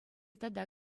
тата